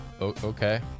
Okay